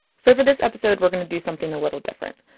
so for this episode we're going to do something a little different.